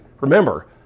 Remember